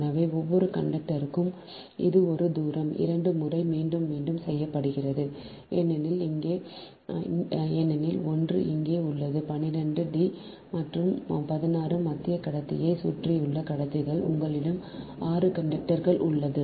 எனவே ஒவ்வொரு கண்டக்டருக்கும் இது ஒரு தூரம் இரண்டு முறை மீண்டும் மீண்டும் செய்யப்படுகிறது ஏனெனில் ஒன்று இங்கே உள்ளது 12 D மற்றும் 16 மத்திய கடத்தியை சுற்றியுள்ள கடத்திகள் உங்களிடம் 6 கண்டக்டர் உள்ளது